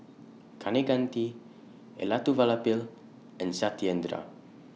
Kaneganti Elattuvalapil and Satyendra